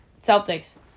Celtics